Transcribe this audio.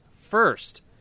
First